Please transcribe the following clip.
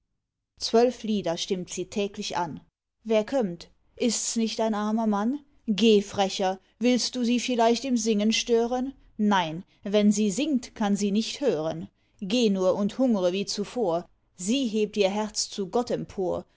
zwölf lieder stimmt sie täglich an wer kömmt ists nicht ein armer mann geh frecher willst du sie vielleicht im singen stören nein wenn sie singt kann sie nicht hören geh nur und hungre wie zuvor sie hebt ihr herz zu gott empor